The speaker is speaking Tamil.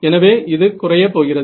எனவே இது குறையப் போகிறது